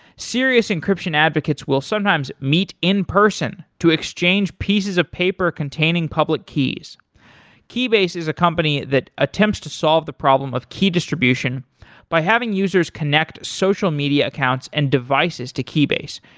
serious encryption advocates will sometimes meet in person to exchange pieces of paper containing public keys keybase is a company that attempts to solve the problem of key distribution by having users connect social media accounts and devices to keybase,